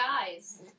guys